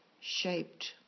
shaped